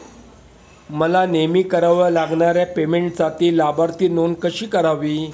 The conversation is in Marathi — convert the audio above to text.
मला नेहमी कराव्या लागणाऱ्या पेमेंटसाठी लाभार्थी नोंद कशी करावी?